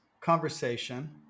conversation